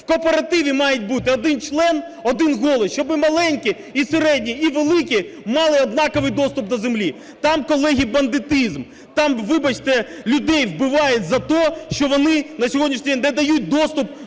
В кооперативі має бути: один член – один голос. Щоб і маленькі, і середні, і великі мали однаковий доступ до землі. Там, колеги, бандитизм. Там, вибачте, людей вбивають за то, що вони на сьогоднішній день не дають доступ